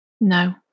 No